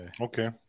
Okay